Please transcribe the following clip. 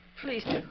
Please